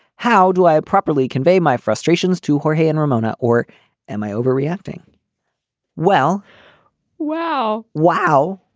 how do i properly convey my frustrations to her hey and ramona. or am i overreacting well wow wow.